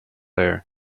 air